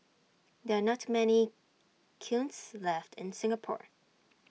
there are not many kilns left in Singapore